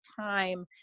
time